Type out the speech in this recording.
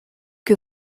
que